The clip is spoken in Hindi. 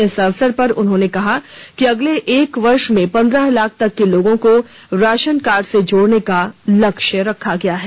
इस अवसर पर उन्होंने कहा कि अगले एक वर्ष में पंद्रह लाख तक के लोगों को राशन कार्ड से जोड़ने को लक्ष्य रखा गया है